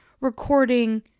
recording